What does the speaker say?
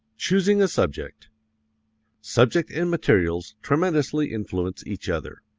choosing a subject subject and materials tremendously influence each other.